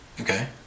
Okay